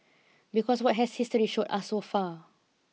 because what has history showed us so far